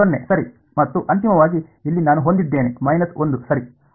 0 ಸರಿ ಮತ್ತು ಅಂತಿಮವಾಗಿ ಇಲ್ಲಿ ನಾನು ಹೊಂದಿದ್ದೇನೆ 1 ಸರಿ